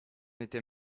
était